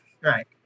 right